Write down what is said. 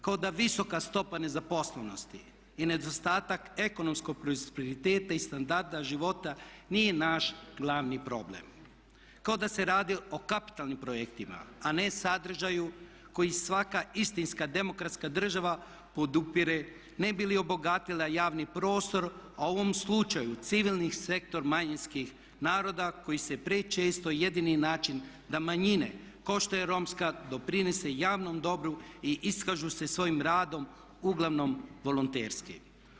Kao da visoka stopa nezaposlenosti i nedostatak ekonomskog prosperiteta i standarda života nije naš glavni problem, kao da se radi o kapitalnim projektima a ne sadržaju koji svaka istinska demokratska država podupire ne bi li obogatila javni prostor a u ovom slučaju civilni sektor manjinskih naroda koji se prečesto, jedini način da manjine kao što je Romska doprinose javnom dobru i iskažu se svojim radom uglavnom volonterski.